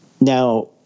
Now